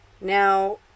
now